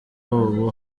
ubu